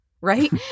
Right